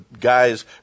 guys